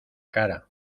cara